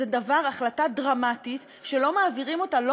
זו החלטה דרמטית שלא מעבירים אותה לא